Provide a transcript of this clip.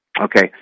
Okay